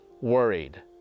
worried